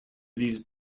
these